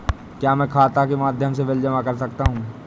क्या मैं खाता के माध्यम से बिल जमा कर सकता हूँ?